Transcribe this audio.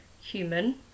human